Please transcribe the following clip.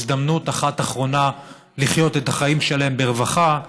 הזדמנות אחת אחרונה לחיות את החיים שלהם ברווחה,